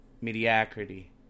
Mediocrity